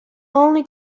only